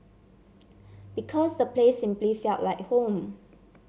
because the place simply felt like home